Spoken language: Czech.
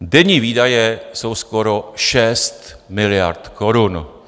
Denní výdaje jsou skoro 6 miliard korun.